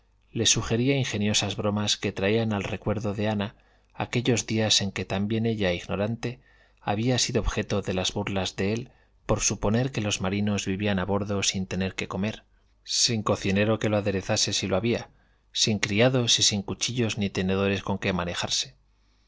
le sugería ingeniosas bromas que traían al recuerdo de ana aquellos días en que también ella ignorante había sido objeto de laa burlas de él por suponer que los marinos vivían a bordo sin tener que comer sin cocinero que lo aderezase si lo había sin criados y sin cuchillos ni tenedores con qué manejarse